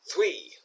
Three